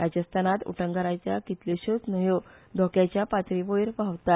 राजस्थानाव उटंगारात कितल्योश्योच न्हंयो धोक्याच्या पातलै वयर क्हांवतात